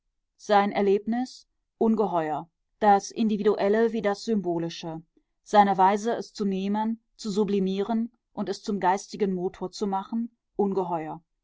sein erlebnis ungeheuer das individuelle wie das symbolische seine weise es zu nehmen zu sublimieren und es zum geistigen motor zu machen ungeheuer